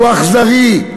הוא אכזרי,